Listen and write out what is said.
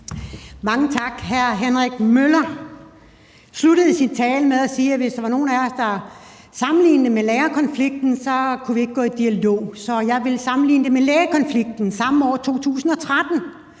Mange tak. Hr. Henrik Møller sluttede sin tale med at sige, at hvis der var nogen af os, der sammenlignede det med lærerkonflikten, så kunne vi ikke gå i dialog. Så jeg vil sammenligne det med lægekonflikten samme år, i 2013,